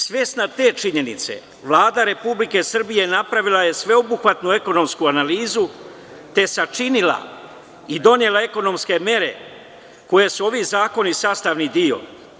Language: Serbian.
Svesna te činjenice, Vlada Republike Srbije napravila je sveobuhvatnu ekonomsku analizu, te sačinila i donela ekonomske mere koje su sastavni deo ovih zakona.